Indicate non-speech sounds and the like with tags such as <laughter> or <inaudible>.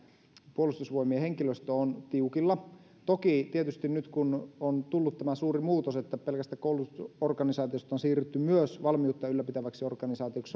puolustusvoimien henkilöstö on tiukilla toki tietysti nyt kun on tullut tämä suuri muutos että pelkästä koulutusorganisaatiosta on siirrytty myös valmiutta ylläpitäväksi organisaatioksi <unintelligible>